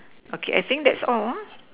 okay I think that's all ah